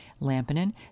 Lampinen